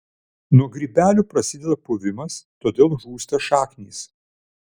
nuo grybelių prasideda puvimas todėl žūsta šaknys